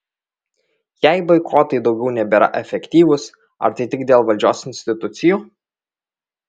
jei boikotai daugiau nebėra efektyvūs ar tai tik dėl valdžios institucijų